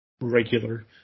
regular